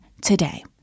today